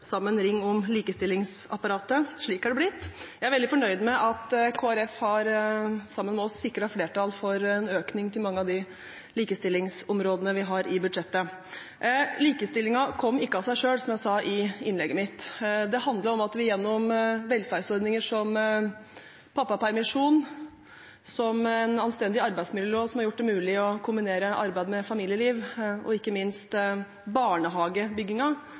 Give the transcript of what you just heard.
sammen ring om likestillingsapparatet. Slik er det blitt. Jeg er veldig fornøyd med at Kristelig Folkeparti sammen med oss har sikret flertall for en økning på mange av de likestillingsområdene vi har i budsjettet. Likestillingen kom ikke av seg selv, som jeg sa i innlegget mitt. Det handler om at vi gjennom velferdsordninger som pappapermisjon, en anstendig arbeidsmiljølov som har gjort det mulig å kombinere arbeid og familieliv, og ikke minst